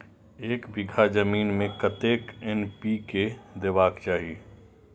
एक बिघा जमीन में कतेक एन.पी.के देबाक चाही?